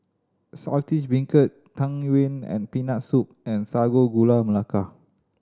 Saltish Beancurd Tang Yuen and Peanut Soup and Sago Gula Melaka